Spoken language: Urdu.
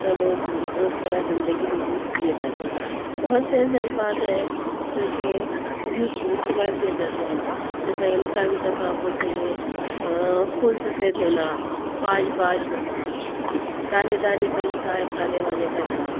لوگ روز مرہ زندگی میں یوز کئے جاتے ہیں بہت سے ایسے الفاظ ہیں جو کہ یوز استعمال کئے جاتے ہیں جیسے مثال کے طور پر آپ بول سکیں گے خون سفید ہونا پاش پاش ہونا دانے دانے پر لکھا ہے کھانے والے کا نام